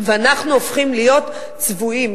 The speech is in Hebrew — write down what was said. ואנחנו הופכים להיות צבועים,